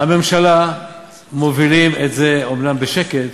והממשלה מובילים את זה, אומנם בשקט